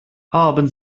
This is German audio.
haben